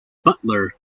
butler